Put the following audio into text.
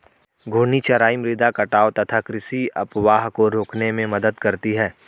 घूर्णी चराई मृदा कटाव तथा कृषि अपवाह को रोकने में मदद करती है